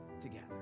together